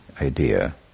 idea